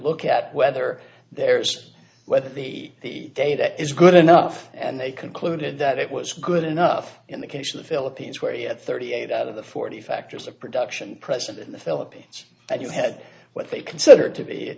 look at whether there's whether the day that is good enough and they concluded that it was good enough in the case of the philippines where you have thirty eight out of the forty factors of production present in the philippines that you had what they consider to be